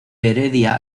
heredia